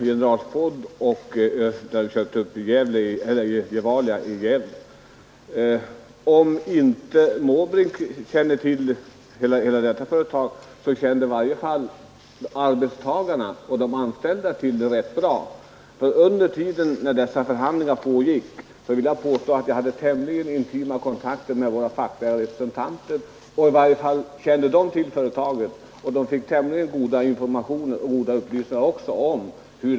Herr talman! Jag har två korta påpekanden. Det första gäller General Food och Gevalia i Gävle. Om inte herr Måbrink känner till detta så kände i varje fall de anställda till det rätt bra. Medan förhandlingarna pågick hade jag tämligen intima kontakter med våra fackliga representanter. De kände till saken och fick goda informationer om utvecklingen.